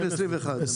2020 ו-2021.